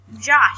Josh